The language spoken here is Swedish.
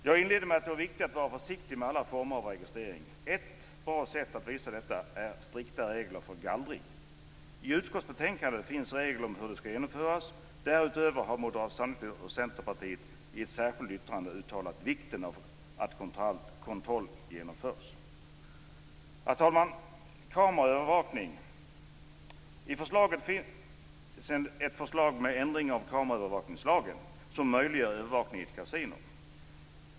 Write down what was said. Jag inledde med att det är viktigt att vara försiktig med alla former av registrering. Ett bra sätt är att ha strikta regler för gallring. I utskottsbetänkandet finns regler för hur det skall genomföras. Därutöver har Moderata samlingspartiet och Centerpartiet i ett särskilt yttrande framhållit vikten av att kontroll genomförs. Fru talman! I förslaget finns ett förslag till ändring av kameraövervakningslagen, som möjliggör övervakning i ett kasino.